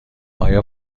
آیا